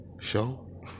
show